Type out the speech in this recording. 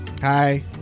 Hi